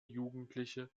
jugendliche